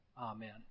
Amen